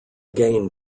gain